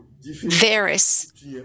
various